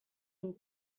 une